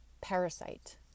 parasite